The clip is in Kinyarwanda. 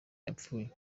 yapfuye